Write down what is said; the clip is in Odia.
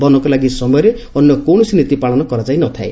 ବନକ ଲାଗି ସମୟରେ ଅନ୍ୟ କୌଣସି ନୀତି ପାଳନ ହୋଇ ନଥାଏ